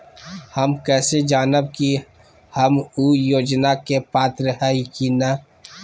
हम कैसे जानब की हम ऊ योजना के पात्र हई की न?